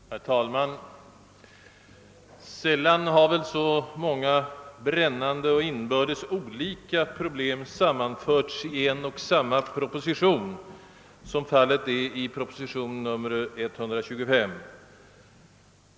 Herr talman! Sällan har väl så många brännande och inbördes olika problem sammanförts i en och samma proposition som fallet är i propositionen 125.